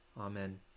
Amen